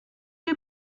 you